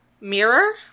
Mirror